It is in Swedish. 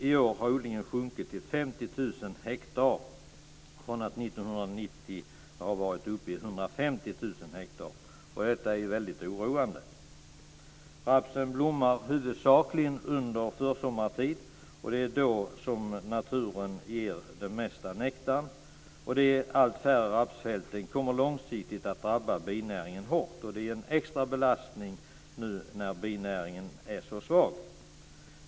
I år har odlingen sjunkit till 50 000 hektar från att 1990 ha varit uppe i 150 000 hektar. Detta är väldigt oroande. Rapsen blommar huvudsakligen under försommartid, och det är då som naturen ger den mesta nektaren. De allt färre rapsfälten kommer långsiktigt att drabba binäringen hårt. Det är en extra belastning nu när binäringen är så svag.